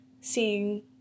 seeing